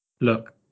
Look